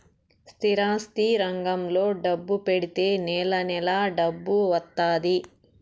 స్థిరాస్తి రంగంలో డబ్బు పెడితే నెల నెలా డబ్బు వత్తాది